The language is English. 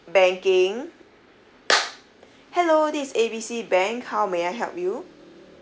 banking hello this A B C bank how may I help you